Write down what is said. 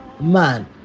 Man